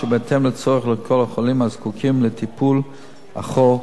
לצורך לכל החולים הזקוקים לטיפול הכה-חיוני.